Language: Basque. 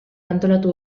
antolatu